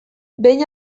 behin